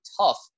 tough